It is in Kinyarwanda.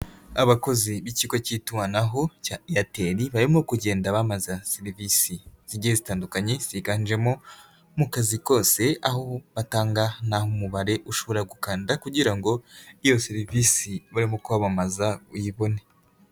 Abakozi b'ikigo cy'itumanaho cya Airtel, barimo kugenda bamamaza serivisi zigiye zitandukanye ziganjemo, mu kazi kose aho batanga naho umubare ushobora gukanda kugira ngo iyo serivisi barimo kwamamaza uyibone.